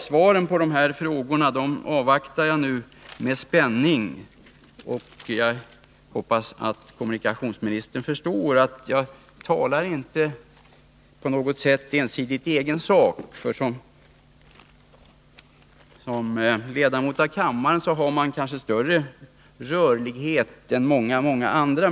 Svaren på de här frågorna avvaktar jag nu med spänning. Och jag hoppas att kommunikationsministern förstår att jag inte på något sätt talar ensidigt i egen sak — som ledamot av kammaren har man kanske större rörlighet än många andra människor.